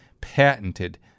Patented